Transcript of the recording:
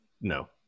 no